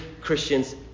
Christians